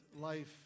life